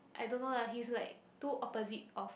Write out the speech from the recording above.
I don't know lah he's like too opposite of